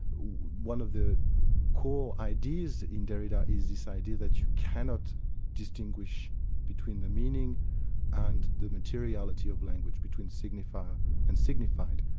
one of the core ideas in derrida is this idea that you cannot distinguish between the meaning and the materiality of language, between signify and signified,